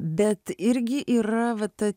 bet irgi yra va ta